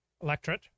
electorate